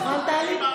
נכון, טלי?